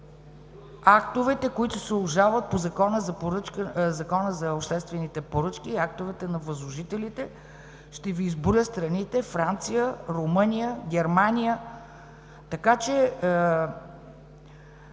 актовете, които се обжалват по Закона за обществените поръчки, актовете на възложителите. Ще Ви изброя страните – Франция, Румъния и Германия. Усещането,